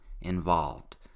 involved